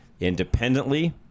independently